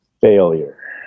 failure